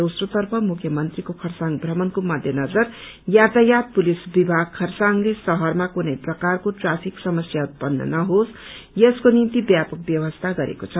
दोस्रोतर्फ मुख्यमन्त्रीको खरसाङ प्रमणको मध्य नजर यातायात पुलिस विभाग खरसाङले शहरमा कुनै प्रकारको ट्राफिक समस्या उत्पन्न नकोस यसको निम्ति व्यापक व्यवस्था गरेको छ